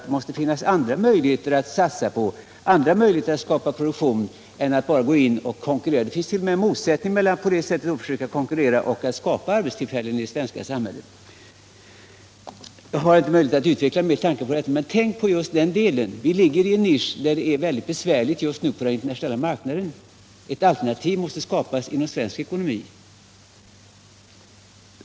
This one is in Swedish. Det måste finnas andra möjligheter att skapa produktion än att satsa på dessa varor. Det finns alltså t.o.m. en motsättning mellan att försöka konkurrera på detta sätt och att skapa sysselsättning i det svenska samhället. Vi ligger, som jag sagt, i en ”nisch”, där läget är mycket besvärligt just nu på den internationella marknaden, och ett alternativ måste skapas inom svensk ekonomi.